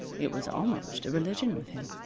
it was almost a religion with him.